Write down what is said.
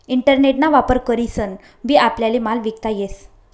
internet ना वापर करीसन बी आपल्याले माल विकता येस